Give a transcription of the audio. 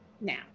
Now